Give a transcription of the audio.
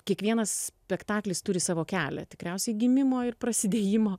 kiekvienas spektaklis turi savo kelią tikriausiai gimimo ir prasidėjimo